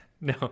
No